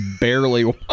barely